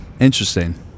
Interesting